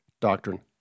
doctrine